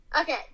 Okay